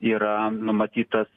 yra numatytas